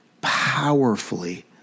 powerfully